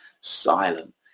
silent